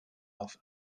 auf